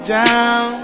down